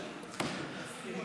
נשים